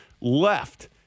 left